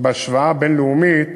בהשוואה בין-לאומית,